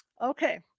Okay